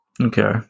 Okay